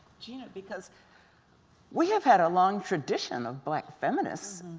gina, because we have had a long tradition of black feminists,